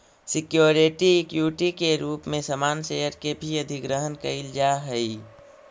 security equity के रूप में सामान्य शेयर के भी अधिग्रहण कईल जा हई